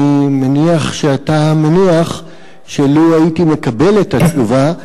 אני מניח שאתה מניח שלו הייתי מקבל את התשובה,